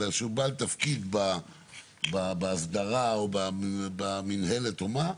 אלא שהוא בעל תפקיד בהסדרה או במינהלת או מה,